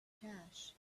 cash